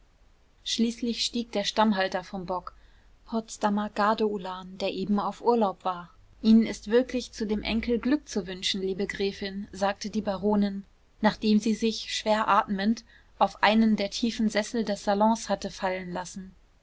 schließlich stieg der stammhalter vom bock potsdamer gardeulan der eben auf urlaub war ihnen ist wirklich zu dem enkel glück zu wünschen liebe gräfin sagte die baronin nachdem sie sich schwer atmend auf einen der tiefen sessel des salons hatte fallen lassen